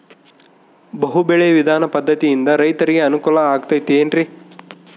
ಬಹು ಬೆಳೆ ವಿಧಾನ ಪದ್ಧತಿಯಿಂದ ರೈತರಿಗೆ ಅನುಕೂಲ ಆಗತೈತೇನ್ರಿ?